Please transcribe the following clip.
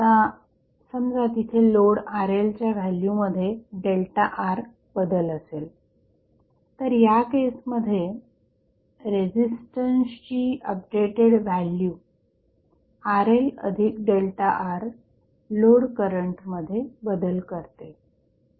आता समजा तिथे लोड RLच्या व्हॅल्यूमध्ये ΔR बदल असेल तर या केसमध्ये रेझिस्टन्सची अपडेटेड व्हॅल्यू RLΔR लोड करंटमध्ये बदल करते